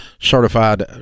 certified